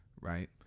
Right